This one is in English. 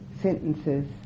sentences